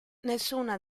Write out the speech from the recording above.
nessuna